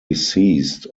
ceased